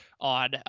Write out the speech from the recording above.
on